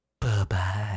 Bye-bye